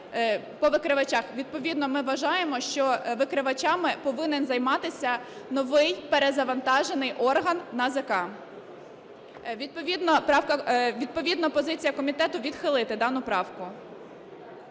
Відповідно ми вважаємо, що викривачами повинен займатися новий перезавантажений орган НАЗК. Відповідно позиція комітету – відхилити дану правку.